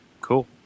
Cool